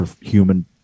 human